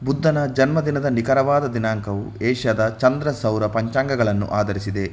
ಬುದ್ಧನ ಜನ್ಮ ದಿನದ ನಿಖರವಾದ ದಿನಾಂಕವು ಏಷ್ಯಾದ ಚಂದ್ರ ಸೌರ ಪಂಚಾಂಗಗಳನ್ನು ಆಧರಿಸಿದೆ